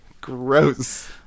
Gross